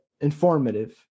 informative